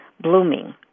blooming